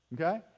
Okay